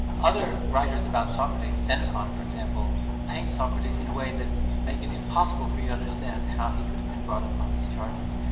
other writers about socrates, xenophon for example, paints socrates in a way that makes it impossible for you to understand how he could have been brought up on these charges.